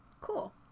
Cool